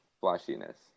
flashiness